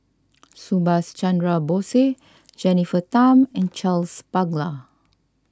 Subhas Chandra Bose Jennifer Tham and Charles Paglar